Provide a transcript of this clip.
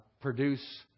produce